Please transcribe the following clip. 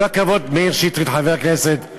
כל הכבוד, חבר הכנסת מאיר שטרית.